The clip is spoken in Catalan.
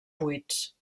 buits